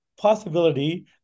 possibility